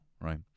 right